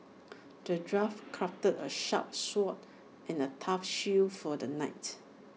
the dwarf crafted A sharp sword and A tough shield for the knight